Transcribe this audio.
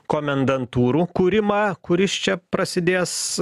komendantūrų kūrimą kuris čia prasidės